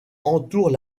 entourent